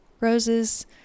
roses